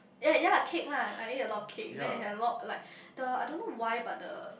ya ya lah cake lah I ate a lot of cake then it had a lot like the I don't know why but the